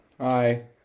Hi